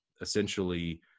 essentially